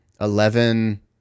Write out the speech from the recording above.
Eleven